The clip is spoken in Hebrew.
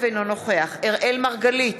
אינו נוכח אראל מרגלית,